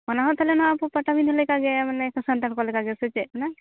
ᱚᱱᱟ ᱦᱚᱸ ᱛᱟᱦᱚᱞᱮ ᱱᱚᱣᱟ ᱠᱚ ᱯᱟᱴᱟᱵᱤᱸᱫᱟᱹ ᱞᱮᱠᱟᱜᱮ ᱢᱟᱱᱮ ᱥᱟᱱᱛᱟᱲ ᱠᱚ ᱞᱮᱠᱟ ᱜᱮ ᱥᱮ ᱪᱮᱫ ᱚᱱᱟ